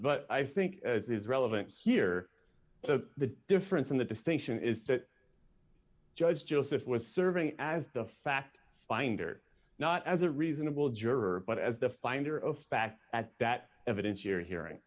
but i think it is relevant here so the difference in the distinction is that judge justice was serving as the fact finder not as a reasonable juror but as the finder of fact at that evidence you're hearing